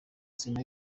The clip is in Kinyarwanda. sena